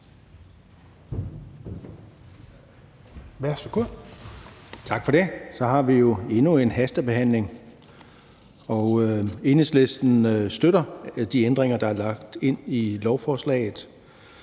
Tak for det. Så har vi jo endnu en hastebehandling. Enhedslisten støtter de ændringer, der er lagt ind i lovforslaget,